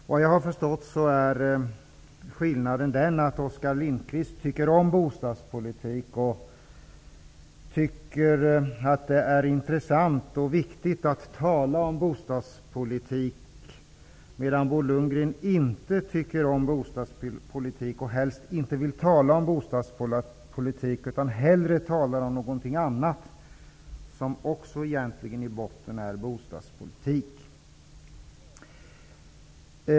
Såvitt jag har förstått är skillnaden den att Oskar Lindkvist tycker om bostadspolitik och tycker att det är intressant och viktigt att tala om bostadspolitik, medan Bo Lundgren inte tycker om bostadspolitik utan hellre talar om någonting annat, som egentligen i botten också är bostadspolitik.